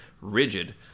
rigid